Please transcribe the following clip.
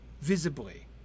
visibly